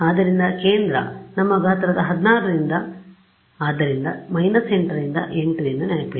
ಆದ್ದರಿಂದ ಕೇಂದ್ರ ನಮ್ಮ ಗಾತ್ರ 16 ಆದ್ದರಿಂದ 8 ರಿಂದ 8 ಎಂದು ನೆನಪಿಡಿ